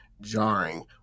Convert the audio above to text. jarring